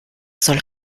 soll